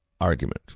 argument